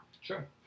Sure